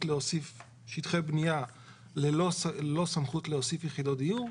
להוסיף שטחי בנייה ללא סמכות להוסיף יחידות דיור.